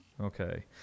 Okay